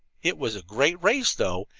it was a great race, though,